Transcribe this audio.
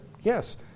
yes